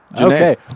Okay